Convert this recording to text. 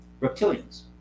Reptilians